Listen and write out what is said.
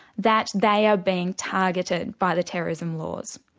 that they are being targeted by the terrorism laws.